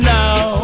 now